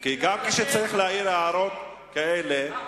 כי גם כשצריך להעיר הערות כאלה,